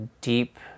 deep